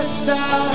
stop